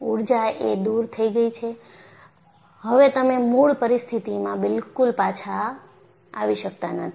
ઊર્જા એ દુર થઈ ગઈ છે હેવ તમે મૂળ પરિસ્થિતિમાં બિલકુલ પાછા આવી શકતા નથી